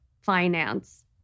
finance